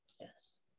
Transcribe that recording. Yes